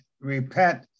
repent